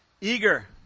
Eager